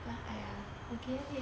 but !aiya! okay already